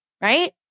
Right